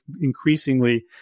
increasingly